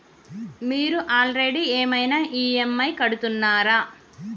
మీరు ఆల్రెడీ ఏమైనా ఈ.ఎమ్.ఐ కడుతున్నారా?